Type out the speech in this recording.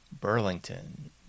Burlington